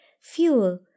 fuel